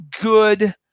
good